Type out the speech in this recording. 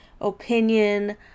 opinion